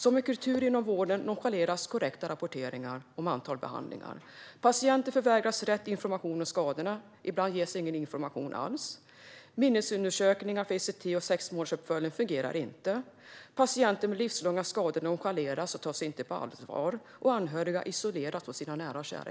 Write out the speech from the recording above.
Som en kultur inom vården nonchaleras korrekta rapporteringar om antal behandlingar. Patienter förvägras rätt information om skadorna. Ibland ges ingen information alls. Minnesundersökning när det gäller ECT och sexmånadersuppföljning fungerar inte. Patienter med livslånga skador nonchaleras och tas inte på allvar. Anhöriga isoleras från sina nära och kära.